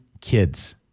kids